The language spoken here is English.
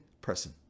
person